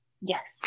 Yes